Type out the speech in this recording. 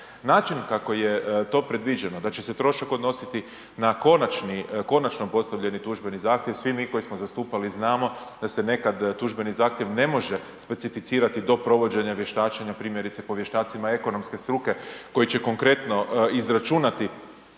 Način kako je to predviđeno da će se trošak odnositi na konačno postavljeni tužbeni zahtjev, svi mi koji smo zastupali znamo da se nekad tužbeni zahtjev ne može specificirati do provođenja vještačenja, primjerice po vještacima ekonomske struke, koji će konkretno izračunati